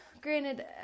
Granted